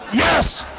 yes,